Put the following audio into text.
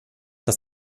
dass